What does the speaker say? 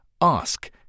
ask